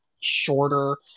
shorter